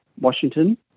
Washington